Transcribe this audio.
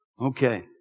Okay